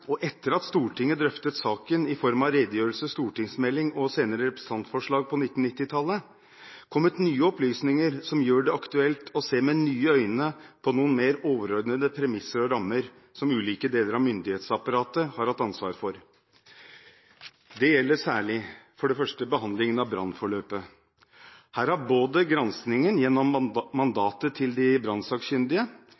etter at Stortinget drøftet saken i form av redegjørelse, stortingsmelding og senere representantforslag på 1990-tallet – kommet nye opplysninger som gjør det aktuelt å se med nye øyne på noen mer overordnede premisser og rammer som ulike deler av myndighetsapparatet har hatt ansvar for. Det gjelder særlig, for det første, behandlingen av brannforløpet. Her har både granskingen – gjennom